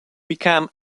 become